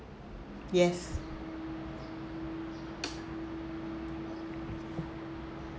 yes